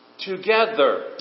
together